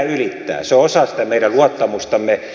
se on osa sitä meidän luottamustamme